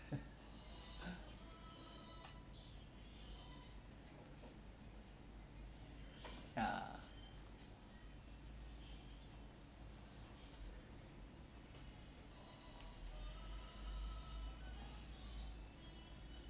ya